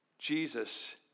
Jesus